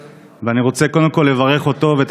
נמצא פה איתנו ואני רוצה קודם כול לברך אותו ואת